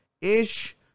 ish